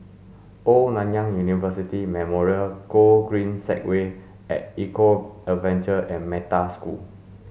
Old Nanyang University Memorial Gogreen Segway at Eco Adventure and Metta School